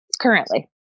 currently